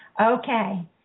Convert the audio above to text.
Okay